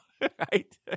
right